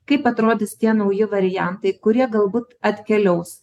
kaip atrodys tie nauji variantai kurie galbūt atkeliaus